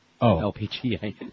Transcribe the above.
LPGA